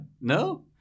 no